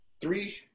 three